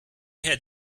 had